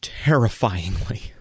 Terrifyingly